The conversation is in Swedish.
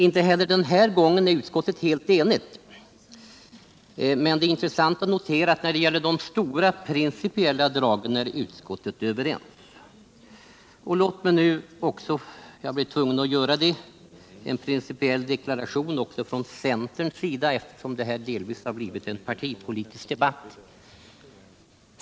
Inte heller den här gången är utskottet helt enigt, men det är intressant att notera att när det gäller de stora, principiella dragen är utskottsledamöterna överens. Låt mig nu — jag blir tvungen till det — göra en principiell deklaration också för centerns del, eftersom det har uppstått en partipolitisk debatt här.